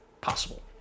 possible